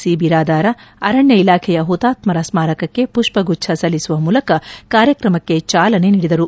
C Biradar ಅರಣ್ಯ ಇಲಾಖೆಯ ಹುತಾತ್ತರ ಸ್ಟಾರಕಕ್ಕೆ ಪುಷ್ಪಗುಚ್ಚ ಸಲ್ಲಿಸುವ ಮೂಲಕ ಕಾರ್ಯಕ್ರಮಕ್ಕೆ ಚಾಲನೆ ನೀಡಿದರು